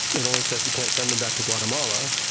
it only says we can't send them back to guatemala,